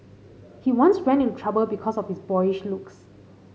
he once ran into trouble because of his boyish looks